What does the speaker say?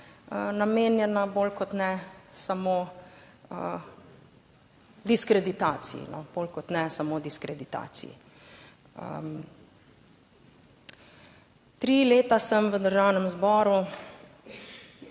bolj kot ne samo diskreditaciji. Tri leta sem v Državnem zboru